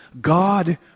god